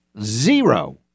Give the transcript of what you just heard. zero